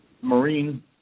Marine